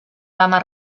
dama